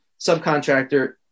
subcontractor